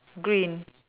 green